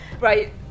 Right